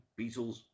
Beatles